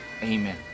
Amen